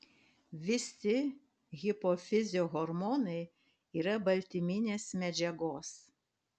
visi hipofizio hormonai yra baltyminės medžiagos